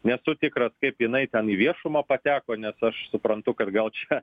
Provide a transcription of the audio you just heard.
nesu tikras kaip jinai ten į viešumą pateko nes aš suprantu kad gal čia